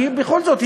כי בכל זאת,